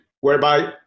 whereby